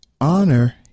honor